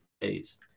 days